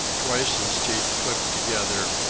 twice his teeth clipped together,